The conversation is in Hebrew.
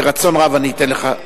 ברצון רב אני אתן לך.